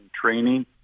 training